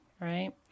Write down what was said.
right